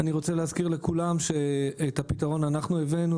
אני רוצה להזכיר לכולם שאת הפתרון אנחנו הבאנו,